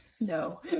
no